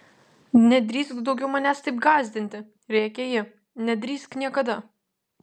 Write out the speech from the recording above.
nedrįsk daugiau manęs taip gąsdinti rėkė ji nedrįsk niekada